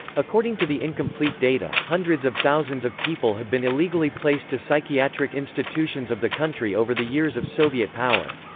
according to the incomplete data, hundreds of thousands of people have been illegally illegally placed to psychiatric institutions of the country over the years of soviet power.